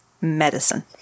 medicine